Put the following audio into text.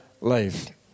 life